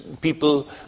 people